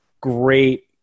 great